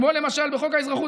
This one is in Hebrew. כמו למשל בחוק האזרחות,